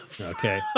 Okay